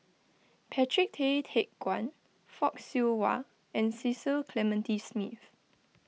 Patrick Tay Teck Guan Fock Siew Wah and Cecil Clementi Smith